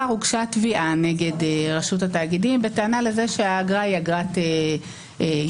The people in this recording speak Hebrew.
הוגשה תביעה נגד רשות התאגידים בטענה לזה שהאגרה היא אגרת יתר.